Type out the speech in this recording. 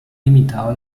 limitado